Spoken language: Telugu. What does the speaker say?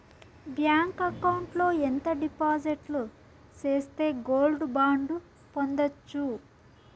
బ్యాంకు అకౌంట్ లో ఎంత డిపాజిట్లు సేస్తే గోల్డ్ బాండు పొందొచ్చు?